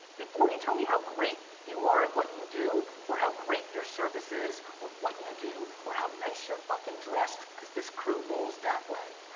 before you tell me how great you are at what you do, or how great your service is, or what you do, or how nice your fucking dressed, cause this crew rolls that way.